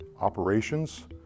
operations